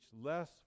less